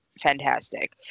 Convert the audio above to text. fantastic